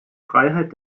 freiheit